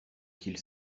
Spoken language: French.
qu’il